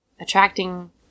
attracting